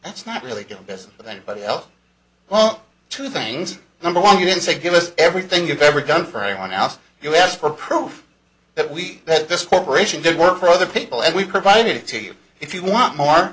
that's not really good business with anybody else well two things number one you can say give us everything you've ever done for anyone else you ask for proof that we that this corporation did work for the people and we provided it to you if you want more